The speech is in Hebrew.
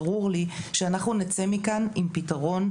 ברור לי שאנחנו נצא מכאן עם פתרון,